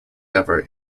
ever